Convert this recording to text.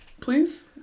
Please